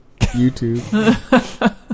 YouTube